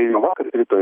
tai vakar rytoj